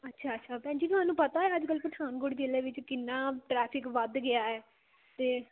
ਅੱਛਾ ਅੱਛਾ ਭੈਣ ਜੀ ਤੁਹਾਨੂੰ ਪਤਾ ਆ ਅੱਜ ਕੱਲ੍ਹ ਪਠਾਨਕੋਟ ਜ਼ਿਲ੍ਹੇ ਵਿੱਚ ਕਿੰਨਾ ਟ੍ਰੈਫਿਕ ਵੱਧ ਗਿਆ ਹੈ ਅਤੇ